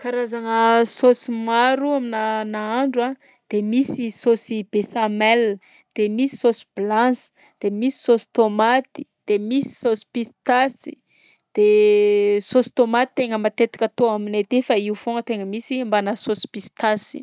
Karazagna saosy maro aminà nahandro a de misy saosy besamelle, de misy saosy blansy, de misy saosy tômaty, de misy saosy pistasy; de saosy tômaty tegna matetika atao aminay aty fa io foagna tegna misy mbanà saosy pistasy.